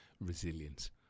resilience